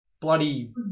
bloody